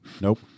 Nope